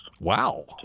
Wow